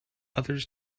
others